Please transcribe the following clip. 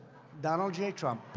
donald j. trump.